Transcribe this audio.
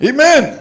Amen